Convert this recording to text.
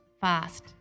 fast